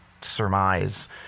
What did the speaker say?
Surmise